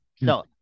no